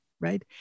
right